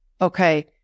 okay